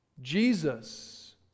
Jesus